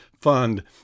fund